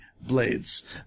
blades